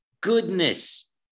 goodness